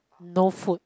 no food